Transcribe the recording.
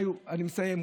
אני מסיים.